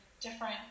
different